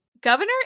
Governor